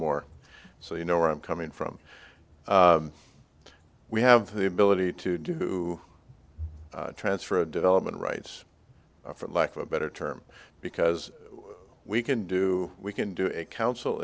more so you know where i'm coming from we have the ability to do transfer of development rights for lack of a better term because we can do we can do it council